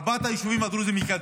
ארבעת היישובים הדרוזיים ייכנסו.